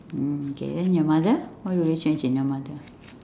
mm okay then your mother what will you change in your mother